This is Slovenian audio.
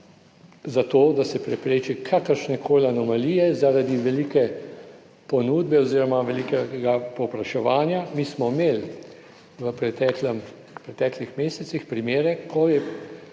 za to, da se prepreči kakršnekoli anomalije zaradi velike ponudbe oziroma velikega povpraševanja. Mi smo imeli v preteklih mesecih primere, ko je,